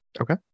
Okay